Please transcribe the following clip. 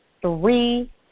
three